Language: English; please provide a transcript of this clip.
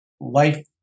life